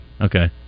Okay